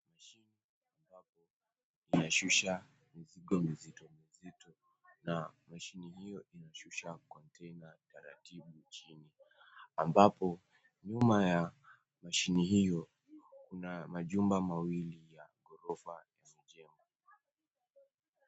Mashini ambapo inayoshusha mizigo mizito mizito na mashini hiyo inashusha kontena taratibu chini, ambapo nyuma ya mashini hiyo kuna majumba mawili ya gorofa yaliyojengwa.